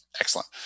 Excellent